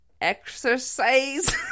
exercise